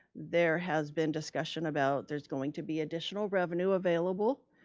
there has been discussion about, there's going to be additional revenue available.